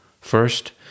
First